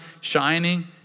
shining